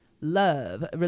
love